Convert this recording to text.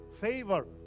favor